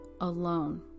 alone